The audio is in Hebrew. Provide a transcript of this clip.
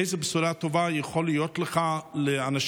איזו בשורה טובה יכולה להיות לך לאנשים